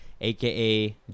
aka